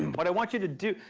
and what i want you to do.